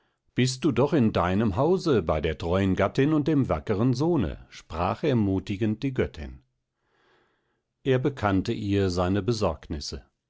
bist du doch in deinem hause bei der treuen gattin und dem wackeren sohne sprach ermutigend die göttin er bekannte ihr seine besorgnisse